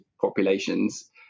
populations